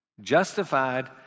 Justified